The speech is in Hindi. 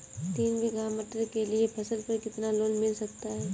तीन बीघा मटर के लिए फसल पर कितना लोन मिल सकता है?